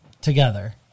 together